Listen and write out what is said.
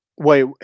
Wait